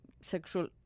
sexual